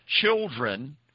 children